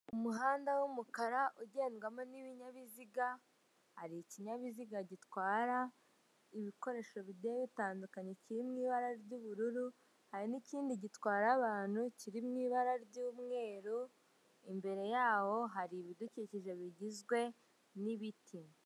Umuhanda w'umukara ugendwamo n'ibinyabiziga, hari ikinyabiziga gitwara ibikoresho bigiye bitandukanye kirimo ibara ry'ubururu, hari n'ikindi gitwara abantu kiri mu ibara ry'umweru imbere yawo hari ibidukikije bigizwe n'ibiti.